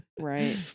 Right